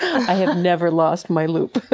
i have never lost my loupe.